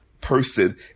person